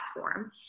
platform